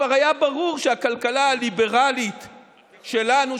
כבר היה ברור שהכלכלה הליברלית שלנו,